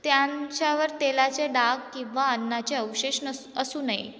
त्यांच्यावर तेलाचे डाग किंवा अन्नाचे अवशेष नस असू नये